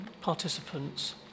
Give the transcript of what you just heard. participants